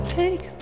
take